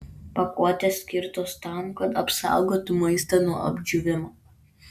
pakuotės skirtos tam kad apsaugotų maistą nuo apdžiūvimo